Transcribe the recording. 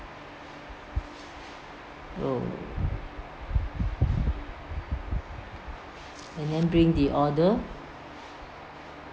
oh and then bring the order